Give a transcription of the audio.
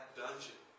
dungeon